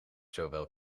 zowel